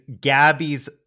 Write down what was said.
Gabby's